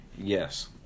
Yes